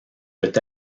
peut